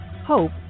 Hope